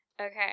Okay